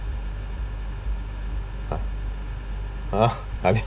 uh uh I mean